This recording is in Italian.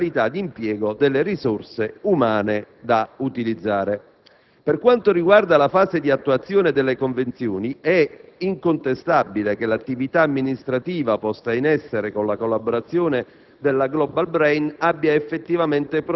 alle procedure e alle modalità di impiego delle risorse umane da utilizzare. Per quanto riguarda la fase di attuazione delle convenzioni, è incontestabile che l'attività amministrativa, posta in essere con la collaborazione